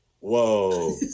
whoa